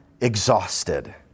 exhausted